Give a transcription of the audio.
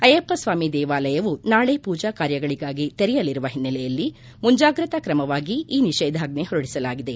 ಅಯ್ಲಪ್ವಾಮಿ ದೇವಾಲಯವು ನಾಳೆ ಪೂಜಾ ಕಾರ್ಯಗಳಿಗಾಗಿ ತೆರೆಯಲಿರುವ ಹಿನ್ನೆಲೆಯಲ್ಲಿ ಮುಂಜಾರ್ರತಾ ಕ್ರಮವಾಗಿ ಈ ನಿಷೇಧಾಜ್ವ ಹೊರಡಿಸಲಾಗಿದೆ